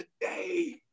today